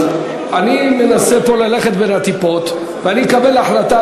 אז אני מנסה פה ללכת בין הטיפות ואני אקבל החלטה